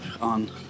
on